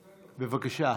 בבקשה,